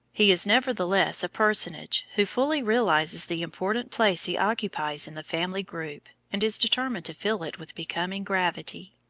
he is nevertheless a personage who fully realizes the important place he occupies in the family group, and is determined to fill it with becoming gravity.